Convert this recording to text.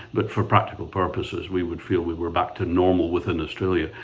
but for practical purposes, we would feel we were back to normal within australia.